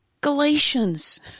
Galatians